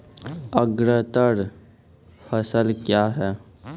अग्रतर फसल क्या हैं?